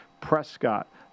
Prescott